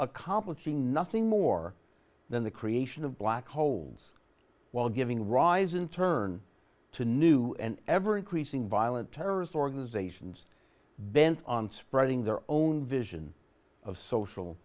accomplishing nothing more than the creation of black holes while giving rise in turn to new and ever increasing violent terrorist organizations bent on spreading their own vision of social